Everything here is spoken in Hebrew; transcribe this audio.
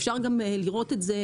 אפשר גם לראות את זה